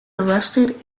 arrested